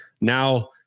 now